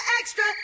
extra